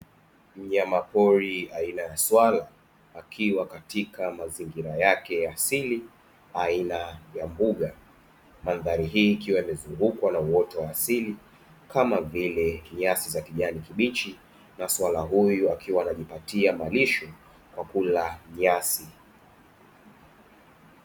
Mnyama pori aina ya swala akiwa katika mazingira yake ya asili aina ya mbuga, mandhari hii ikiwa imezungukwa na uoto wa asili kama vile nyasi za kijani kibichi; na swala huyu akiwa anajipatia malisho kwa kula nyasi.